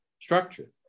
structure